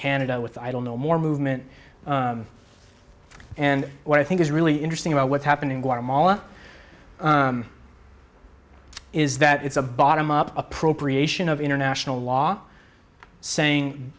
canada with i don't know more movement and what i think is really interesting about what's happening guatemala is that it's a bottom up appropriation of international law saying